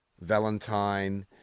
Valentine